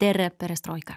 tere perestroika